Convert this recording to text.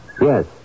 Yes